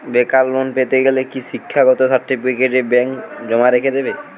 বেকার লোন পেতে গেলে কি শিক্ষাগত সার্টিফিকেট ব্যাঙ্ক জমা রেখে দেবে?